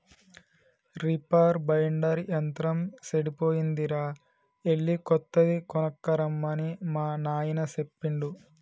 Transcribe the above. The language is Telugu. రిపర్ బైండర్ యంత్రం సెడిపోయిందిరా ఎళ్ళి కొత్తది కొనక్కరమ్మని మా నాయిన సెప్పిండు